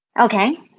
Okay